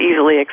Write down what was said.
easily